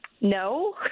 No